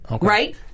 Right